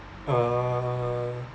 uh